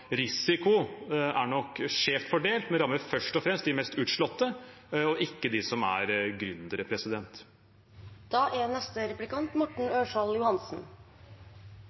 Risiko er nok skjevt fordelt, men rammer først og fremst de mest utslåtte og ikke de som er